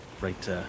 right